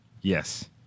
Yes